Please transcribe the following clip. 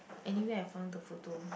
anyway I found the photo